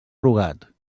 rugat